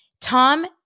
Tom